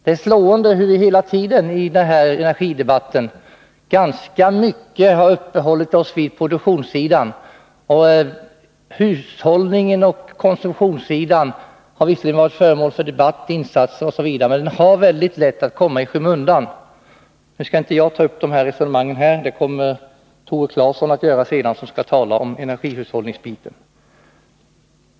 Det är slående hur vi hela tiden i energidebatten ganska mycket har uppehållit oss vid produktionssidan, och hur lätt hushållningen och konsumtionssidan, som visserligen har varit föremål för debatt, insatser osv., har att komma i skymundan. Nu skall inte jag ta upp dessa resonemang här det kommer att göras av Tore Claeson, som skall tala om energihushållningen.